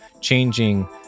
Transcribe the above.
changing